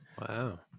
Wow